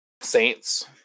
Saints